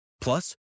Plus